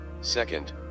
Second